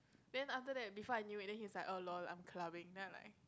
then after that before I knew it then he was like oh lol I'm clubbing then I'm like